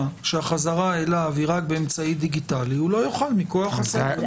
שהחזרה אליו היא רק באמצעי דיגיטלי הוא לא יוכל מכוח הסעיף.